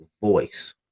voice